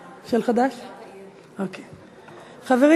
חברים,